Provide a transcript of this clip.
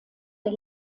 der